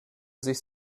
sich